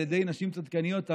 על ידי נשים צדקניות,